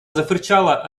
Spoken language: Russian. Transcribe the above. зафырчала